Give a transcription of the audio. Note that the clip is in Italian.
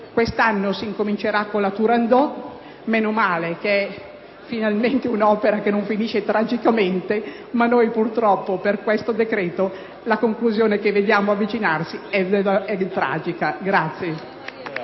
Quest'anno si incomincerà con la "Turandot": meno male che finalmente si inizia con un'opera che non finisce tragicamente, mentre purtroppo, per questo decreto, la conclusione che vediamo avvicinarsi è tragica.